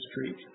Street